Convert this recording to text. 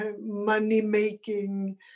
money-making